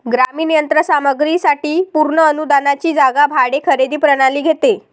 ग्रामीण यंत्र सामग्री साठी पूर्ण अनुदानाची जागा भाडे खरेदी प्रणाली घेते